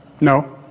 No